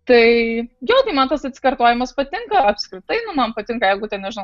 tai jo tai man tas atsikartojimas patinka apskritai nu man patinka jeigu ten nežinau